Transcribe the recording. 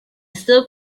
still